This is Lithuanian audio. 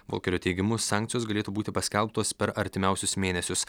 volkerio teigimu sankcijos galėtų būti paskelbtos per artimiausius mėnesius